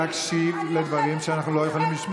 להקשיב לדברים שאנחנו לא יכולים לשמוע.